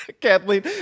Kathleen